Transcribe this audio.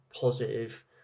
positive